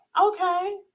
okay